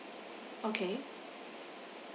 okay